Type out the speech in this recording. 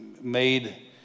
made